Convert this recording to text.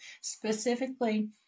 Specifically